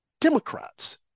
Democrats